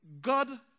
God